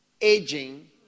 aging